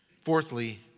Fourthly